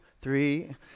three